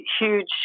huge